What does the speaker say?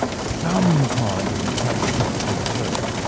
some kind of metabolism had returned.